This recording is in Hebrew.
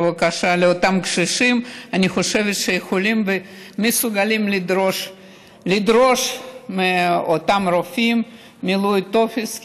לאותם קשישים שיכולים ומסוגלים לדרוש מאותם רופאים מילוי טופס,